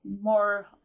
more